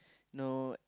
no